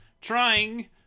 trying